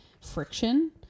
friction